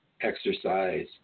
exercise